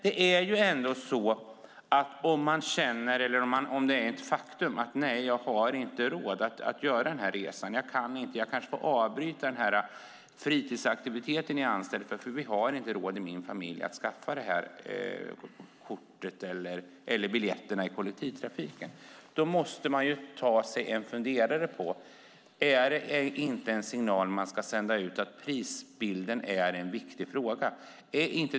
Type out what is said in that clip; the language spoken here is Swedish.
Det finns de som inte har råd att resa och som kanske får avbryta en fritidsaktivitet för att familjen inte har råd med kortet eller biljetterna i kollektivtrafiken. Därför måste vi fundera på om man inte ska sända ut signalen att priset är viktigt.